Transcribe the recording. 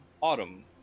autumn